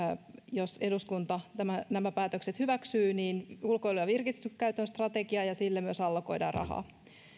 jos eduskunta nämä päätökset hyväksyy ulkoilu ja virkistyskäytön strategia ja sille myös allokoidaan rahaa